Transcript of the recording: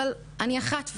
אבל אני אחת.